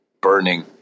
burning